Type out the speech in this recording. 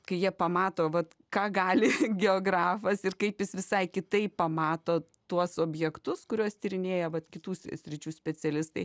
kai jie pamato vat ką gali geografas ir kaip jis visai kitaip pamato tuos objektus kuriuos tyrinėja vat kitų sričių specialistai